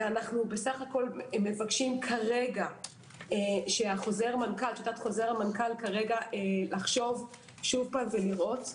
אנו בסך הכול מבקשים כרגע שתת-חוזר המנכ"ל כרגע לחשוב שוב ולראות.